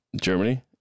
Germany